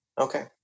Okay